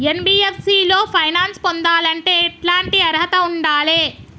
NBFC లో finance పొందాలంటే ఎట్లాంటి అర్హత ఉండాలే?